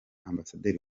ambasaderi